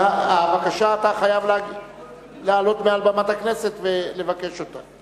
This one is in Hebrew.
רציפות, אתה חייב לעלות על במת הכנסת ולבקש זאת.